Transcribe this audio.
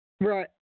Right